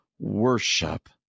worship